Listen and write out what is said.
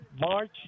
March